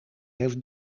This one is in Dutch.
heeft